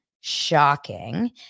shocking